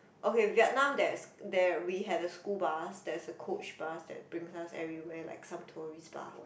okay Vietnam there's there we had a school bus there is a coach bus that brings us everywhere like some tourist bus